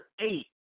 eight